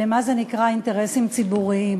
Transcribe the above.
למה זה נקרא אינטרסים ציבוריים.